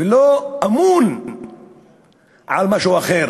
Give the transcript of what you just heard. ולא אמון על משהו אחר.